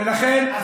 סגן השר,